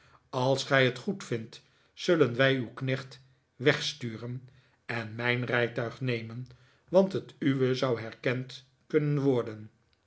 als gij het goedvindt zullen wij uw knecht wegsturen en mijn rijtuig nemen want het uwe zou herkend kunnen worden